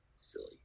silly